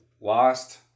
lost